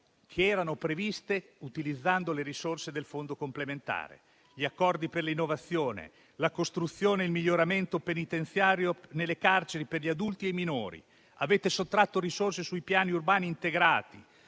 che erano previste utilizzando le risorse del fondo complementare, come gli accordi per l'innovazione e la costruzione e il miglioramento penitenziario delle carceri per gli adulti e i minori. Avete sottratto risorse ai piani urbani integrati.